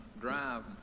drive